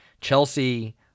Chelsea